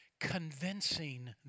convincing